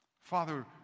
Father